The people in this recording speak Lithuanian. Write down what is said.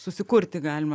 susikurti galima